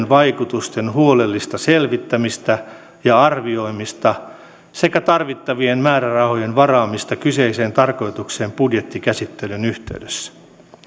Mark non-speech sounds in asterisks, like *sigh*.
*unintelligible* vaikutusten huolellista selvittämistä ja arvioimista sekä tarvittavien määrärahojen varaamista kyseiseen tarkoitukseen budjettikäsittelyn yhteydessä